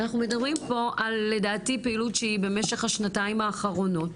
אנחנו מדברים פה לדעתי על פעילות שהיא במשך השנתיים האחרונות.